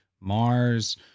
Mars